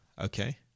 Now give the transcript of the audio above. Okay